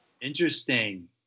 Interesting